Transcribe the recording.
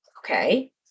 Okay